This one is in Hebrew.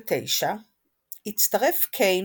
1969 הצטרף קין